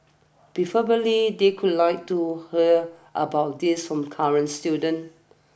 preferably they could like to hear about these from current students